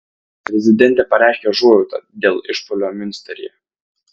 prezidentė pareiškė užuojautą dėl išpuolio miunsteryje